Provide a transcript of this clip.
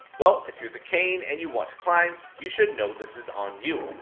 well, if you're the kayn and you want to climb, you should know this is on you.